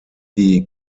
die